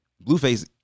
Blueface